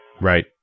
Right